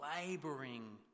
laboring